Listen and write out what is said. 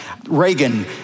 Reagan